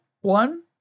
one